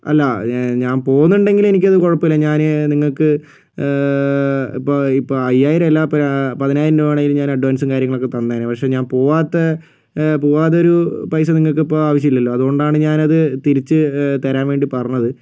അല്ല ഞാൻ പോകുന്നുണ്ടെങ്കിൽ എനിക്ക് അത് കുഴപ്പമില്ല ഞാൻ നിങ്ങൾക്ക് ഇപ്പോൾ ഇപ്പോൾ അയ്യായിരമല്ല പ പതിനായിരം രൂപവേണമെങ്കിലും ഞാൻ അഡ്വാൻസും കാര്യങ്ങളും ഒക്കെ തന്നേനെ പക്ഷേ ഞാൻ പോകാത്തെ പോകാതെ ഒരു പൈസ നിങ്ങൾക്കിപ്പോൾ ആവശ്യം ഇല്ലല്ലോ അതുകൊണ്ടാണ് ഞാൻ അത് തിരിച്ച് തരാൻ വേണ്ടി പറഞ്ഞത്